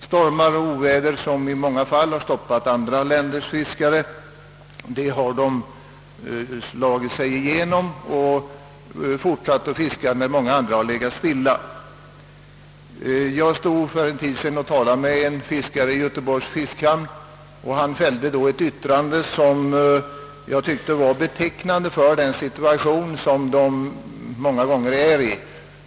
Stormar och oväder, som i många fall stoppat andra länders fiskare, har de slagit sig igenom och fortsatt att fiska medan många andra har legat stilla. Jag talade för en tid sedan med en fiskare i Göteborgs fiskhamn. Han fällde ett yttrande som jag tycker är betecknande för deras situation.